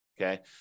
okay